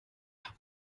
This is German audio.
nach